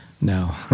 No